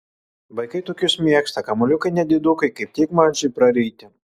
vaikai tokius mėgsta kamuoliukai nedidukai kaip tik mažiui praryti